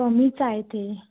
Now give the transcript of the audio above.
कमीच आहे ते